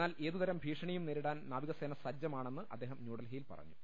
എന്നാൽ ഏതുതരം ഭീഷണിയും നേരിടാൻ നാവികസേന സജ്ജമാണെന്ന് അദ്ദേഹം ന്യൂഡൽഹിയിൽ പറഞ്ഞു